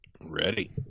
Ready